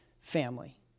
family